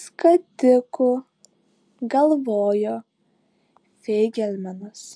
skatikų galvojo feigelmanas